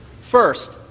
First